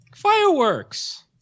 Fireworks